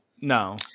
no